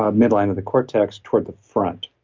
ah midline of the cortex toward the front.